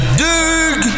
dig